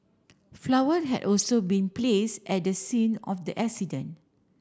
flower had also been place at the scene of the accident